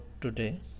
today